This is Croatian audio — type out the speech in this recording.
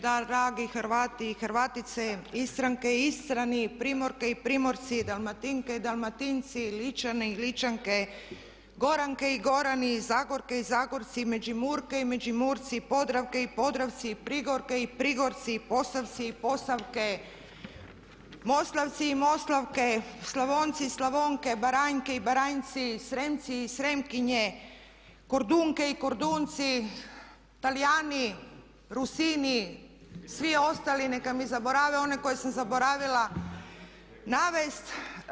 Da dragi Hrvati i Hrvatice, Istranke i Istrani, Primorke i Primorci, Dalmatinke i Dalmatinci, Ličani i Ličanke, Goranke i Gorani, Zagorke i Zagorci, Međimurke i Međimurci, Podravke i Podravci, Prigorke i Prigorci, Posavci i Posavke, Moslavci i Moslavke, Slavonci i Slavonke, Baranjke i Baranjci, Sremci i Sremkinje, Kordunke i Kordunci, Talijani, Rusini i svi ostali neka mi oproste oni koje sam zaboravila navesti.